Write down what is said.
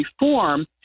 reform